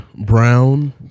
Brown